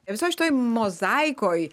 visoj šitoj mozaikoj